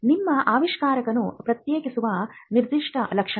ನಿಮ್ಮ ಆವಿಷ್ಕಾರವನ್ನು ಪ್ರತ್ಯೇಕಿಸುವ ನಿರ್ದಿಷ್ಟ ಲಕ್ಷಣಗಳು